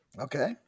Okay